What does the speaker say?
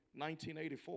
1984